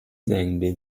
زنگ